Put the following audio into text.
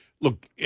Look